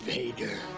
Vader